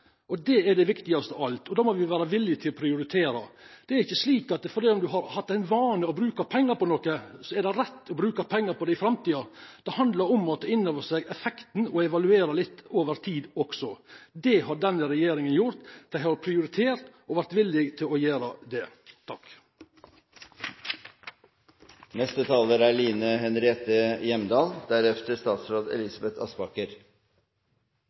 og det er det viktigaste av alt. Då må me vera villige til å prioritera. Det er ikkje slik at sjølv om ein har hatt for vane å bruka pengar på noko, så er det rett å bruka pengar på det i framtida. Det handlar om å ta inn over seg effekten og evaluera litt over tid. Det har denne regjeringa gjort – dei har prioritert, og dei har vore villige til å gjera det.